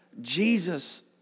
Jesus